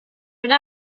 would